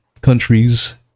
countries